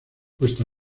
vuestra